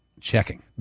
Checking